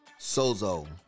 Sozo